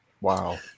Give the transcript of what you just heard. Wow